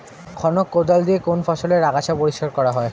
খনক কোদাল দিয়ে কোন ফসলের আগাছা পরিষ্কার করা হয়?